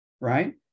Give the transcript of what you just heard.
right